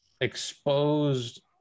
exposed